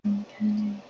Okay